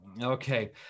Okay